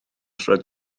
rhag